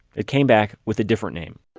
it came back with a different name